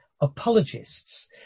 apologists